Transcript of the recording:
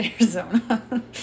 Arizona